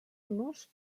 nos